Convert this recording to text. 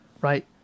right